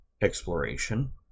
exploration